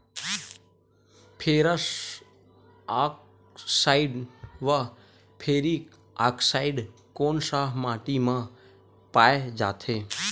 Ferrous oxide व ferric oxide कोन सा माटी म पाय जाथे?